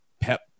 pep